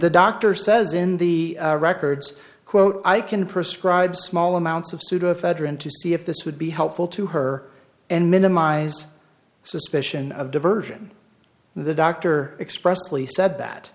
the doctor says in the records quote i can prescribe small amounts of pseudoephedrine to see if this would be helpful to her and minimize suspicion of diversion the doctor expressly said